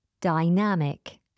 dynamic